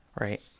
right